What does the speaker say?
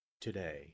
today